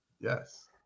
Yes